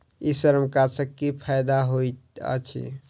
ई श्रम कार्ड सँ की फायदा होइत अछि?